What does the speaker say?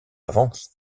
avance